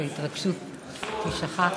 שההתרגשות תשכך,